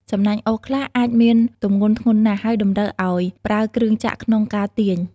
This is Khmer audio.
សំណាញ់អូសខ្លះអាចមានទម្ងន់ធ្ងន់ណាស់ ហើយតម្រូវឲ្យប្រើគ្រឿងចក្រក្នុងការទាញ។